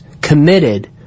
committed